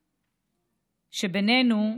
שבינינו,